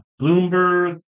Bloomberg